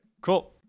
cool